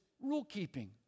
rule-keeping